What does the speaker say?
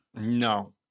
no